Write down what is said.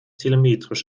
telemetrisch